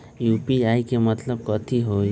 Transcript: UPI के मतलब कथी होई?